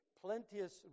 plenteous